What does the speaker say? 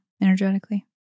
energetically